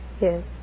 Yes